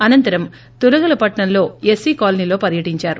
అనంతరం తురగలపట్నంలో ఎస్పీ కాలనీలో పర్యటిందారు